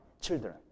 children